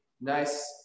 nice